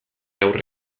aurre